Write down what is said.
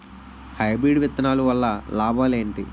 Hybrid విత్తనాలు వల్ల లాభాలు ఏంటి?